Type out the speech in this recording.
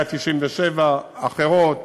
197 ואחרות,